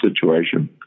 situation